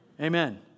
Amen